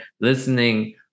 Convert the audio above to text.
listening